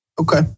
okay